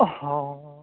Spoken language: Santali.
ᱦᱳᱭ